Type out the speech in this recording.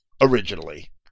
Originally